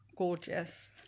gorgeous